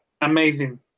Amazing